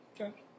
Okay